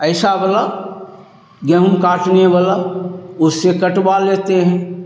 ऐसा वाला गेहूँ काटने वाला उससे कटवा लेते हैं